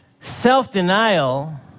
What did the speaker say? Self-denial